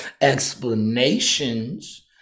explanations